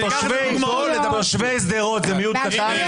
תושבי שדרות זה מיעוט קטן?